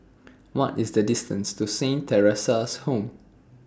What IS The distance to Saint Theresa's Home